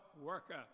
worker